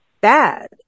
bad